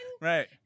Right